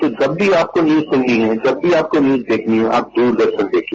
तो जब भी आपको न्यूज सुननी है जब भी आपको न्यूज देखनी है आप दूरदर्शन देखिए